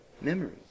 memories